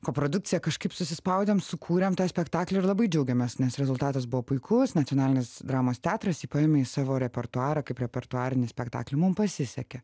koprodukcija kažkaip susispaudėm sukūrėm tą spektaklį ir labai džiaugiamės nes rezultatas buvo puikus nacionalinis dramos teatras jį paėmė į savo repertuarą kaip repertuarinį spektaklį mum pasisekė